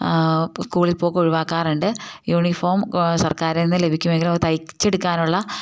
സ്കൂളിൽ പോക്ക് ഒഴിവാക്കാറുണ്ട് യൂണിഫോം സർക്കാരിൽ നിന്ന് ലഭിക്കുമെങ്കിലും അത് തയ്ച്ചെടുക്കാനുള്ള